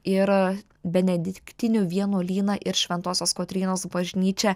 ir benediktinių vienuolyną ir šventosios kotrynos bažnyčią